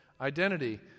identity